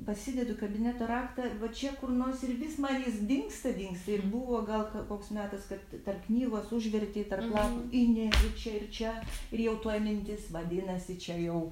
pasidedu kabineto raktą va čia kur nors ir vis man jis dingsta dingsta ir buvo gal koks metas kad tark knygos užvertei tarp lapų ir nėr ir čia ir čia ir jau tuoj mintis vadinasi čia jau